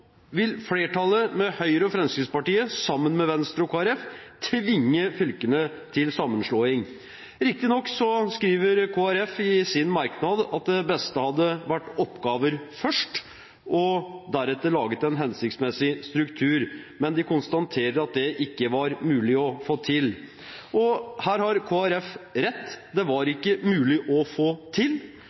vil flertallet, Høyre og Fremskrittspartiet sammen med Venstre og Kristelig Folkeparti, tvinge fylkene til sammenslåing. Riktignok skriver Kristelig Folkeparti i sin merknad at det beste hadde vært oppgaver først og deretter å lage en hensiktsmessig struktur. Men de konstaterer at det ikke var mulig å få til. Her har Kristelig Folkeparti rett. Det var ikke mulig å få til